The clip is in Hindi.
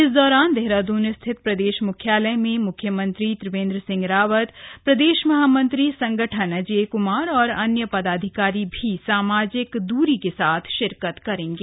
इस दौरान देहरादून स्थित प्रदेश मुख्यालय में मुख्यमंत्री त्रिवेंद्र सिंह रावत प्रदेश महामंत्री संगठन अजेय कुमार और अन्य पदाधिकारी भी सामाजिक दूरी के साथ श्रिकत करेगें